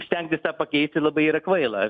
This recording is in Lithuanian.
stengtis tą pakeisti labai yra kvaila